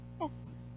yes